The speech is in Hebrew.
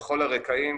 בכל הרקעים,